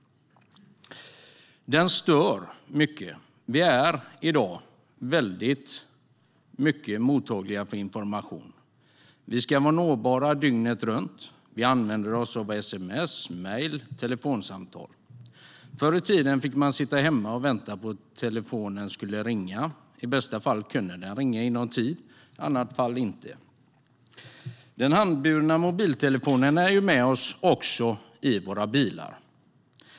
Den stör mycket. Vi är i dag väldigt mottagliga för information. Vi ska vara nåbara dygnet runt. Vi använder oss av sms, mejl och telefonsamtal. Den handburna mobiltelefonen är ju med oss också i våra bilar.